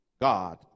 God